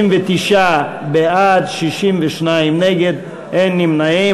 39 בעד, 62 נגד, אין נמנעים.